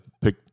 pick